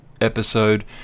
episode